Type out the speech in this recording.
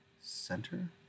center